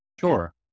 Sure